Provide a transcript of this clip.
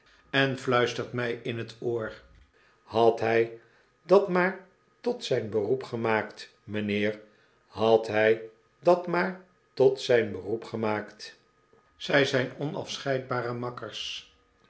en fluistert my in het oor had hi dat maar tot zyn beroep gemaakt mynheer had by dat maar tot zjjn beroep gemaakt zi zyn onafscheidbare makkers